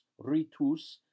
ritus